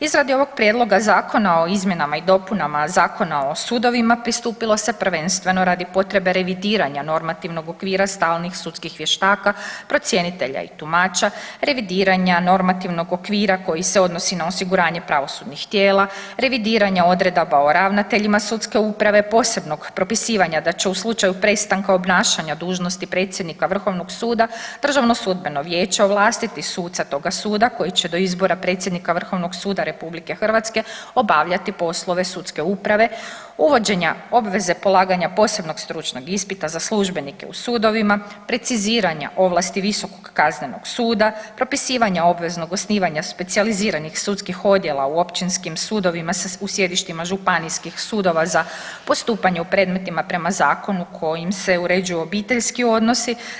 Izradi ovog prijedloga Zakona o izmjenama i dopunama Zakona o sudovima pristupilo se prvenstveno radi potrebe revidiranja normativnog okvira stalnih sudskih vještaka, procjenitelja i tumača, revidiranja normativnog okvira koji se odnosi na osiguranje pravosudnih tijela, revidiranja odredaba o ravnateljima sudske uprave posebnog propisivanja da će u slučaju prestanka obnašanja dužnosti predsjednika Vrhovnog suda Državno sudbeno vijeće ovlastiti suca toga suda koji će do izbora predsjednika Vrhovnog suda RH obavljati poslove sudske uprave, uvođenja obveze polaganja posebnog stručnog ispita za službenike u sudovima, preciziranja ovlasti Visokog kaznenog suda, propisivanja obveznog osnivanja specijaliziranih sudskih odjela u općinskim sudovima u sjedištima županijskih sudova za postupanje u predmetima prema zakonu kojim se uređuju obiteljski odnosi.